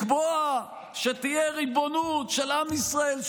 לקבוע שתהיה ריבונות של עם ישראל,